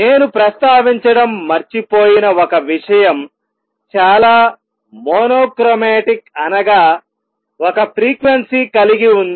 నేను ప్రస్తావించడం మర్చిపోయిన ఒక విషయం చాలా మోనో క్రోమాటిక్ అనగా ఒక ఫ్రీక్వెన్సీ కలిగి ఉంది